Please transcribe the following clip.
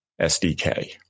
SDK